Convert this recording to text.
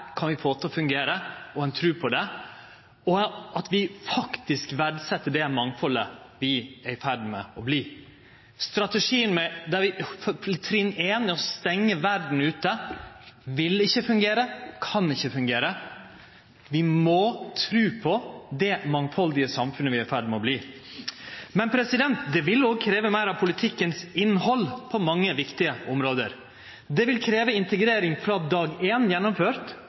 kan vi få til å fungere, og vi må ha tru på det, og at vi faktisk verdset det mangfaldet landet er i ferd med å verte. Strategien der trinn ein er å stengje verda ute, vil ikkje fungere, kan ikkje fungere. Vi må tru på det mangfaldige samfunnet vi er i ferd med å verte. Det vil også krevje meir av innhaldet i politikken på mange viktige område. Det vil krevje integrering frå dag éin, gjennomført,